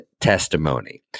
testimony